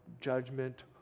judgment